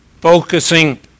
Focusing